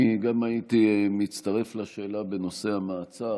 אני גם הייתי מצטרף לשאלה בנושא המעצר,